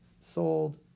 sold